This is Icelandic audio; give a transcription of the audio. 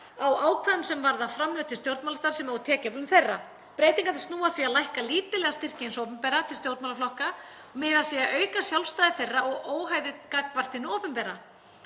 ákvæðum sem varða framlög til stjórnmálastarfsemi og tekjuöflun þeirra. Breytingarnar snúa að því að lækka lítillega styrk hins opinbera til stjórnmálaflokka og miða að því að auka sjálfstæði þeirra og óhæði gagnvart hinu opinbera.